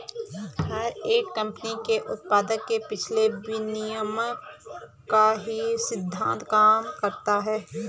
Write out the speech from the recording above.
हर एक कम्पनी के उत्पाद के पीछे विनिमय का ही सिद्धान्त काम करता है